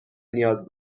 نیاز